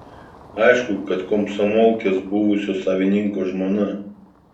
aišku kad komsomolkės buvusio savininko žmona